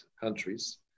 countries